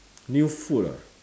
new food ah